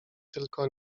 tylko